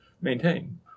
maintain